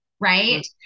right